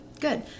Good